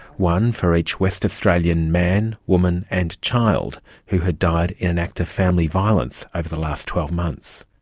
one for each west australian man, woman and child who had died in an act of family violence over the last twelve months.